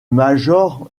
major